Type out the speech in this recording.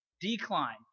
decline